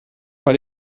bei